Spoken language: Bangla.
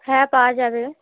হ্যাঁ পাওয়া যাবে